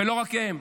ולא רק הם,